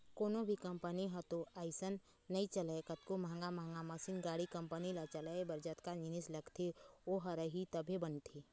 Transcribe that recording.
कोनो भी कंपनी ह तो अइसने नइ चलय कतको महंगा महंगा मसीन, गाड़ी, कंपनी ल चलाए बर जतका जिनिस लगथे ओ ह रही तभे बनथे